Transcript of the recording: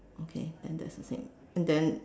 okay then that's the same then